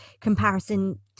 comparison